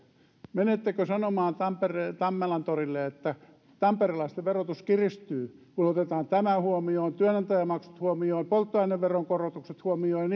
menettekö sanomaan tammelantorille että tamperelaisten verotus kiristyy kun otetaan tämä huomioon työnantajamaksut huomioon polttoaineveron korotukset huomioon